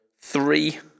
three